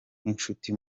nk’inshuti